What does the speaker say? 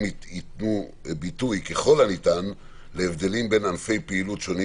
יתנו ביטוי ככל הניתן להבדלים בין ענפי פעילות שונים